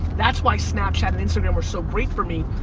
that's why snapchat and instagram were so great for me.